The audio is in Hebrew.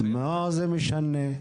מה זה משנה?